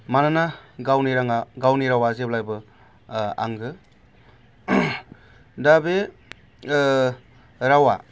मानोना गावनि रांआ गावनि रावआ जेब्लायबो आंगो दा बे रावआ